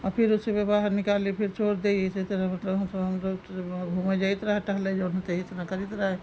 फिर उसे वह बाहर निकाल लिए फिर छोड़ दिए इसी तरह मतलब हम सब हम लोग तो जब वहाँ घूमे जाते रहा टहले जो है तो यही तरह करते रहे